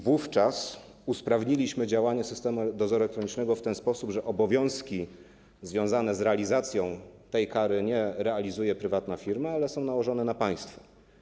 Wówczas usprawniliśmy działanie systemu dozoru elektronicznego w ten sposób, że obowiązków związanych z realizacją tej kary nie wykonuje prywatna firma, ale są one nałożone na państwo.